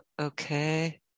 Okay